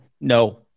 No